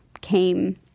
came